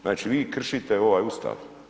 Znači vi kršite ovaj Ustav.